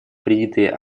принятые